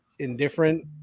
indifferent